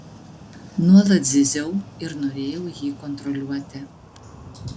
nuolat zyziau ir norėjau jį kontroliuoti